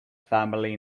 family